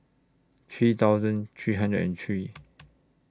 three thousand three hundred and three